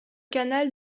canal